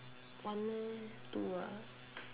one meh two what